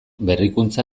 berrikuntza